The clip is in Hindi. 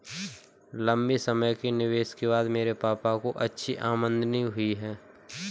लंबे समय के निवेश के बाद मेरे पापा को अच्छी आमदनी हुई है